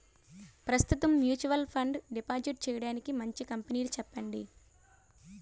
ప్రస్తుతం mutual fund deposit చేయడానికి మంచి కంపెనీలు చెప్పండి